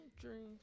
dreams